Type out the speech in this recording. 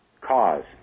cause